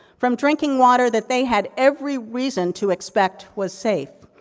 from drinking water that they had every reason to expect was safe.